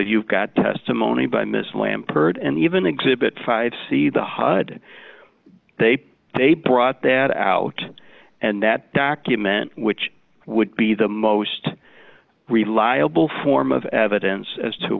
you've got testimony by ms lampert and even exhibit five see the hide they they brought that out and that document which would be the most reliable form of evidence as to